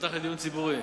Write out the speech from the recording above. שייפתח דיון ציבורי.